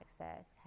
Access